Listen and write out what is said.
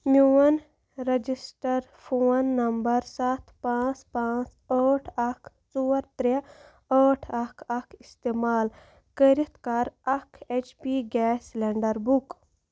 میٛون register phone number سَتھ پانٛژ پانٛژ ٲٹھ اَکھ ژور ترٛےٚ ٲٹھ اَکھ اَکھ استعمال کٔرِتھ کَر اکھ H P gas cylinder book